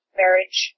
marriage